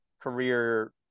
career